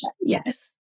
Yes